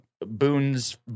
Boone's